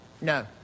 no